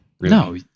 No